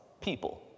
people